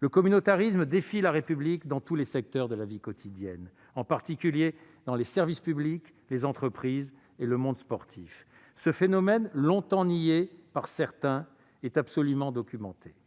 Le communautarisme défie la République dans tous les secteurs de la vie quotidienne, en particulier dans les services publics, dans les entreprises et dans le monde sportif. Ce phénomène, longtemps nié par certains, est